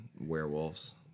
werewolves